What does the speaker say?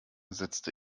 setzte